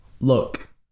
look